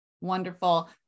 Wonderful